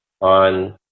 on